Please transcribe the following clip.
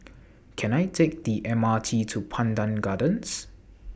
Can I Take The M R T to Pandan Gardens